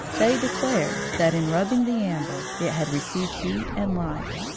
they declared that, in rubbing the amber, it had received heat and life.